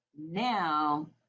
now